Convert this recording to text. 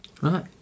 Right